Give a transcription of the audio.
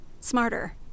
smarter